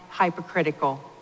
hypocritical